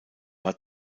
war